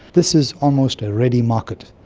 this is almost a ready market.